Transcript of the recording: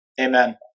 Amen